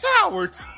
cowards